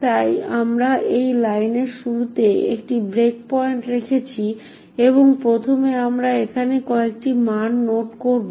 তাই আমরা এই লাইনের শুরুতে একটি ব্রেকপয়েন্ট রেখেছি এবং প্রথমে আমরা এখানে কয়েকটি মান নোট করব